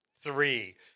three